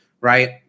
right